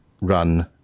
run